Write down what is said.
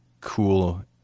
cool